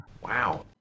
Wow